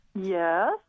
Yes